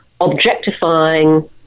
objectifying